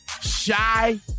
shy